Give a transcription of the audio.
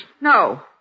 No